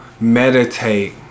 meditate